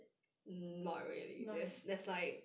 not really